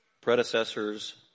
predecessors